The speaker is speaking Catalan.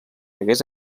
hagués